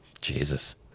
Jesus